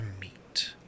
meet